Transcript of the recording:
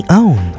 own